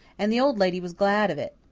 and the old lady was glad of it.